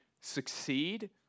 succeed